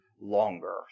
longer